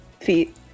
Feet